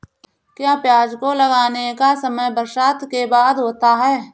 क्या प्याज को लगाने का समय बरसात के बाद होता है?